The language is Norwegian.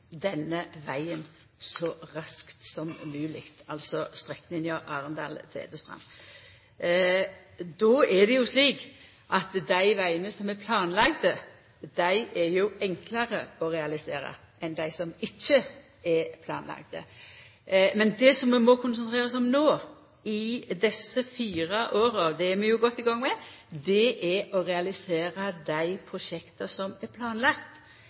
denne vegen – strekninga Arendal–Tvedestrand – så raskt som mogleg. Då er det jo slik at dei vegane som er planlagde, er enklare å realisera enn dei som ikkje er planlagde. Men det som vi må konsentrera oss om no i desse fire åra – det er vi jo godt i gang med – er å realisera dei prosjekta som er